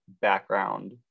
background